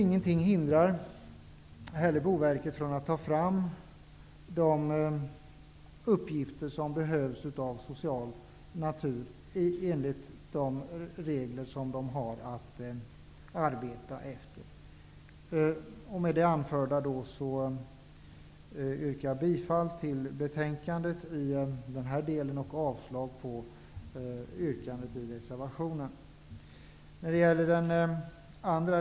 Ingenting hindrar Boverket att, enligt de regler som verket har att arbeta efter, ta fram de uppgifter som behövs av social natur. Med det anförda yrkar jag i denna del bifall till utskottets hemställan och avslag på reservation 1.